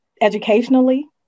Educationally